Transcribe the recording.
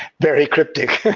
very cryptic!